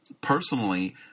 Personally